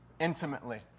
intimately